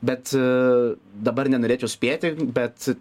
bet dabar nenorėčiau spėti bet